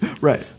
Right